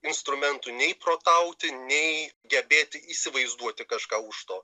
instrumentų nei protauti nei gebėti įsivaizduoti kažką už to